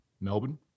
Melbourne